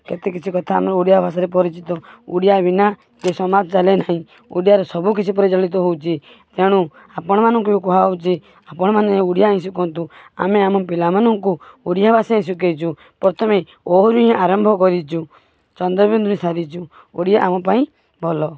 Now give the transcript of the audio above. କେତେ କିଛି କଥା ଆମେ ଓଡ଼ିଆ ଭାଷାରେ ପରିଚିତ ଓଡ଼ିଆ ବିନା ଏ ସମାଜ ଚାଲେ ନାହିଁ ଓଡ଼ିଆରେ ସବୁକିଛି ପରିଚାଳିତ ହେଉଛି ତେଣୁ ଆପଣମାନଙ୍କୁ ବି କୁହାହେଉଛି ଆପଣ ମାନେ ଓଡ଼ିଆ ହିଁ ଶିଖନ୍ତୁ ଆମେ ଆମ ପିଲାମାନଙ୍କୁ ଓଡ଼ିଆ ଭାଷା ହିଁ ଶିଖାଇଛୁ ପ୍ରଥମେ ଓ ରୁ ହିଁ ଆରମ୍ଭ କରିଛୁ ଚନ୍ଦ୍ର ବିନ୍ଦୁ ସାରିଛୁ ଓଡ଼ିଆ ଆମ ପାଇଁ ଭଲ